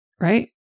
right